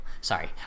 sorry